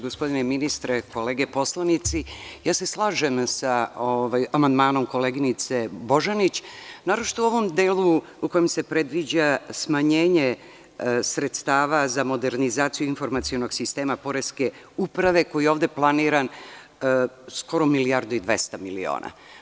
Gospodine ministre, kolege poslanici, slažem se sa amandmanom koleginice Božanić, naročito u ovom delu u kojem se predviđa smanjenje sredstava za modernizaciju informacionog sistemaPoreske uprave, koji je ovde planiran skoro milijardu i 200 miliona.